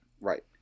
Right